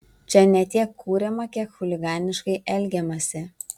čia ne tiek kuriama kiek chuliganiškai elgiamasi